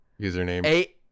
username